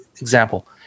example